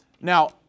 Now